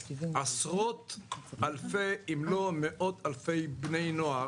עשרות אלפי אם לא מאות אלפי בני נוער,